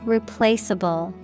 Replaceable